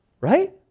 right